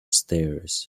stairs